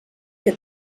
que